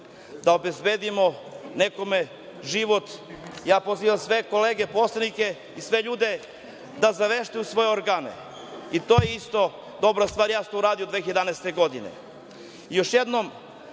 da obezbedimo nekome život, pozivam sve kolege poslanike i sve ljude da zaveštaju svoje organe i to je isto dobra stvar. Ja sam to uradio 2011. godine. Još